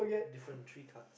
different three tarts